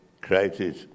crisis